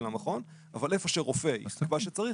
למכון אבל היכן שרופא יסבור שצריך,